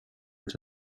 els